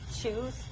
choose